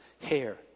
hair